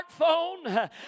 smartphone